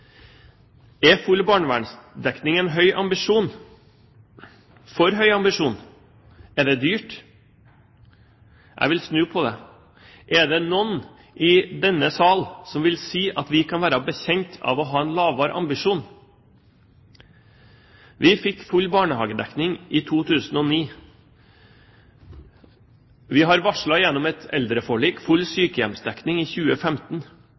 Er full barnevernsdekning en for høy ambisjon? Er det dyrt? Jeg vil snu på det: Er det noen i denne sal som kan være bekjent av å ha en lavere ambisjon? Vi fikk full barnehagedekning i 2009. Vi har varslet gjennom et eldreforlik full sykehjemsdekning i 2015.